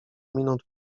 minut